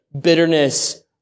bitterness